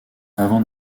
avant